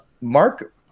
Mark